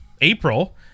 April